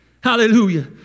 Hallelujah